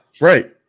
right